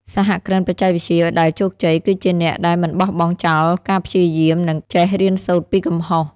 សហគ្រិនបច្ចេកវិទ្យាដែលជោគជ័យគឺជាអ្នកដែលមិនបោះបង់ចោលការព្យាយាម និងចេះរៀនសូត្រពីកំហុស។